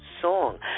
song